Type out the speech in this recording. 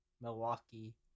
Milwaukee